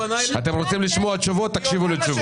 ביקשתם תשובות אז תקשיבו לתשובות.